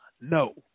no